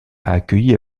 accueilli